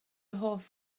hoff